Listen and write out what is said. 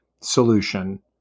solution